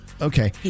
Okay